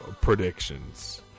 predictions